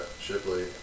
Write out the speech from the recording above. Shipley